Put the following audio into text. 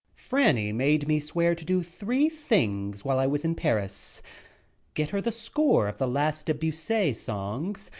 fanny made me swear to do three things while i was in paris get her the score of the last debussy songs,